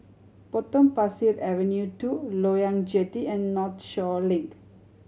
Potong Pasir Avenue Two Loyang Jetty and Northshore Link